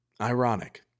Ironic